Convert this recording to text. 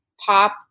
pop